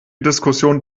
diskussionen